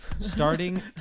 starting